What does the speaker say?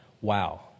wow